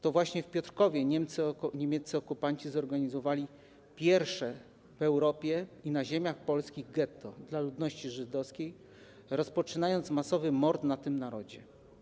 To właśnie w Piotrkowie niemieccy okupanci zorganizowali pierwsze w Europie i na ziemiach polskich getto dla ludności żydowskiej, rozpoczynając masowy mord na tym narodzie.